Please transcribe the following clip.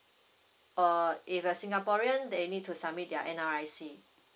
or if a singaporean they need to submit their N_R_I_C